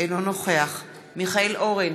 אינו נוכח מיכאל אורן,